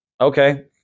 Okay